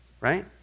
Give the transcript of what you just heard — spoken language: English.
right